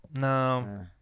No